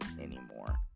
anymore